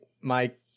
Mike